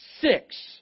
Six